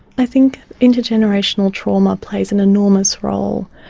i think intergenerational trauma plays an enormous role,